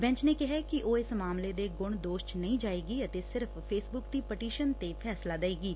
bench ਨੇ ਕਿਹਾ ਕਿ ਉਹ ਇਸ ਮਾਮਲੇ ਦੇ ਗੁਣ ਦੋਸ਼ ਚ ਨਹੀਂ ਜਾਏਗੀ ਅਤੇ ਸਿਰਫ਼ ਫੇਸਬੁੱਕ ਦੀ ਪਟੀਸ਼ਨ ਤੇ ਫੈਸਲਾ ਦੇਏਗੀ